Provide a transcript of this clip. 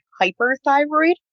hyperthyroid